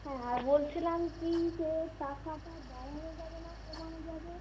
হ্যাঁ আর বলছিলাম কী যে টাকাটা দেওয়ানো যাবে না কমানো যাবে